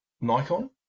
Nikon